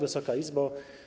Wysoka Izbo!